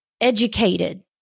educated